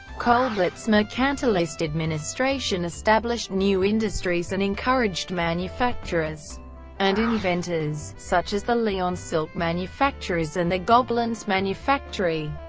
colbert's mercantilist administration established new industries and encouraged manufacturers and inventors, such as the lyon silk manufacturers and the gobelins manufactory,